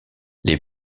les